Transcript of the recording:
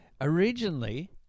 originally